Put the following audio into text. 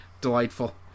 delightful